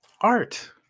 Art